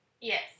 yes